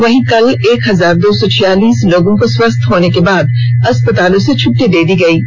वहीं कल एक हजार दो सौ छियालीस लोगों को स्वस्थ होने के बाद अस्पतालों से छुटटी दे दी गई है